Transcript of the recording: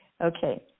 Okay